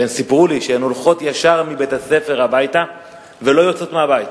והן סיפרו לי שהן הולכות ישר מבית-הספר הביתה ולא יוצאות מהבית.